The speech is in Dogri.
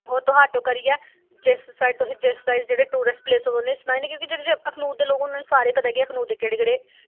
ओ तुस आटो करियै जिस साइड तुसें जिस साइड जेह्ड़े टूरिस्ट प्लेस उनें सनाई नि क्योंकि जेह्ड़े जेह्ड़े अखनूर दे लोक उ'नें सारे पता अखनूर दे केह्ड़े केह्ड़े